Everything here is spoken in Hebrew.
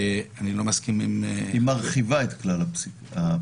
אני לא מסכים עם --- היא מרחיבה את כלל הפסילה.